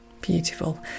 beautiful